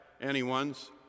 anyone's